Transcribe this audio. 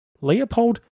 Leopold